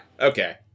Okay